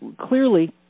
clearly